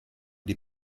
die